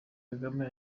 kagame